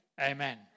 Amen